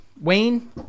Wayne